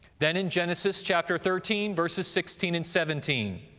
then in genesis, chapter thirteen, verses sixteen and seventeen.